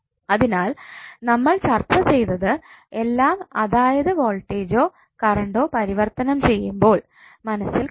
അതിനാൽ നമ്മൾ ചർച്ച ചെയ്തത് എല്ലാം അതായത് വോൾടേജ്ജോ കറണ്ടൊ പരിവർത്തനം ചെയുമ്പോൾ മനസ്സിൽ കരുതണം